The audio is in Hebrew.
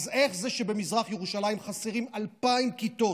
אז איך זה שבמזרח ירושלים חסרות 2,000 כיתות?